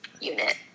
unit